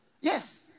Yes